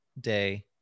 day